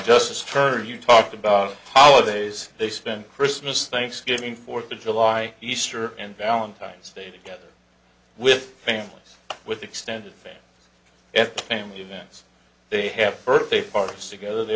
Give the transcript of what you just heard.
justice for you talked about holidays they spent christmas thanksgiving fourth of july easter and valentine's day together with families with extended family and family events they have birthday parties together they